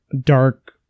dark